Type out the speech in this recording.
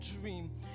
dream